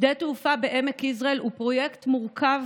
שדה תעופה בעמק יזרעאל הוא פרויקט מורכב